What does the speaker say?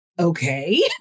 okay